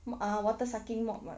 mop uh water sucking mop [what]